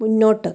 മുന്നോട്ട്